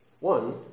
One